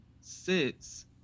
six